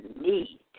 need